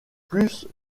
plus